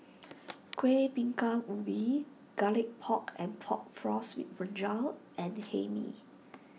Kuih Bingka Ubi Garlic Pork and Pork Floss with Brinjal and Hae Mee